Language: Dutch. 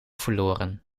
verloren